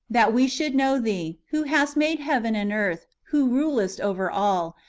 that we should know thee, who hast made heaven and earth, who rulest over all,